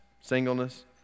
singleness